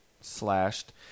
slashed